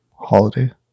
holiday